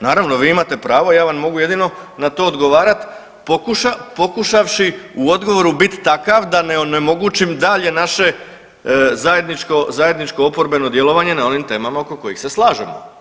Naravno vi imate pravo, ja vam mogu jedino na to odgovarati pokušavši u odgovoru biti takav da ne onemogućim dalje naše zajedničko oporbeno djelovanje na onim temama oko kojih se slažemo.